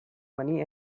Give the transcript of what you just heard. money